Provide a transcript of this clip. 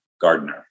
gardener